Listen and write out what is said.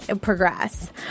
progress